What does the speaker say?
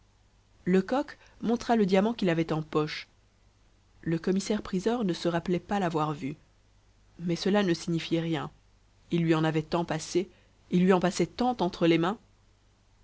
lecoq montra le diamant qu'il avait en poche le commissaire-priseur ne se rappelait pas l'avoir vu mais cela ne signifiait rien il lui en avait tant passé il lui en passait tant entre les mains